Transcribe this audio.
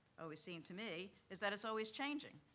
always seemed to me, is that it's always changing.